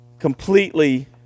Completely